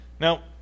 Now